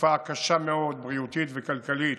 בתקופה קשה מאוד, בריאותית וכלכלית,